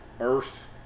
earth